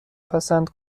پسند